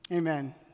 Amen